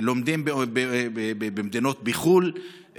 לומדים במדינות בחו"ל,